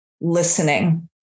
listening